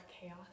chaos